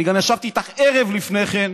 אני גם ישבתי איתך בערב שלפני כן,